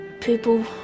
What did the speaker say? people